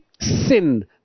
Sin